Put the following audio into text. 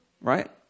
right